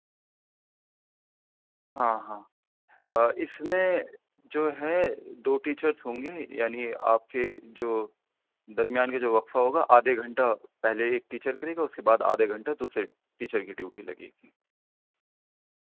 ہاں ہاں اس میں جو ہے دو ٹیچرس ہوں گے یعنی آپ کے جو درمیان کے جو وقفہ ہوگا آدھے گھنٹہ پہلے ایک ٹیچر کرے گا اس کے بعد آدھے گھنٹہ دوسرے ٹیچر کی ڈیوٹی لگے گی